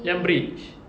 yang bridge